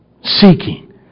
Seeking